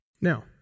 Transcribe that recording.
Now